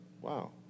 Wow